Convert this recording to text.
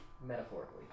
metaphorically